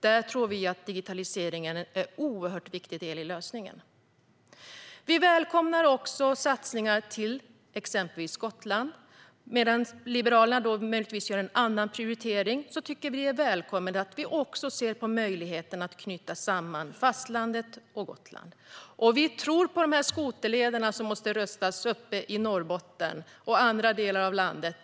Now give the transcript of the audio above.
Vi tror att digitaliseringen är en oerhört viktig del i lösningen. Vi välkomnar satsningar på exempelvis Gotland. Medan Liberalerna möjligtvis gör en annan prioritering tycker vi att det är välkommet att man ser på möjligheten att knyta samman fastlandet och Gotland. Vi tror på skoterlederna som måste rustas upp i Norrbotten och andra delar av landet.